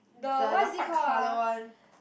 the what is this call ah